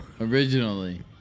originally